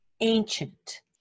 ancient